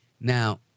Now